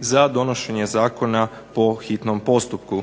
za donošenje zakona po hitnom postupku.